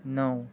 नौ